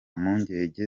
mpungenge